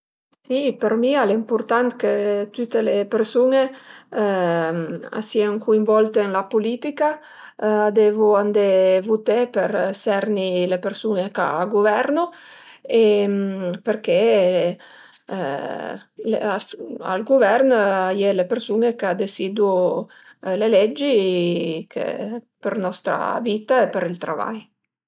Si për mi al e ëmpurtant chë tüte le persun-e a sìën cuinvolte ën la pulitica, a devu andé vuté për serni le persun-e ch'a guvernu e përché al guvern a ie le persun-e ch'a desidu le leggi për nostra vita e për ël travai